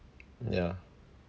ya